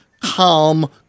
calm